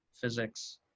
physics